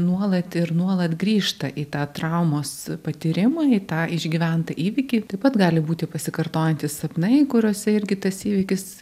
nuolat ir nuolat grįžta į tą traumos patyrimą į tą išgyventą įvykį taip pat gali būti pasikartojantys sapnai kuriuose irgi tas įvykis